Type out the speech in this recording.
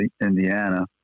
Indiana